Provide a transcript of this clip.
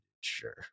sure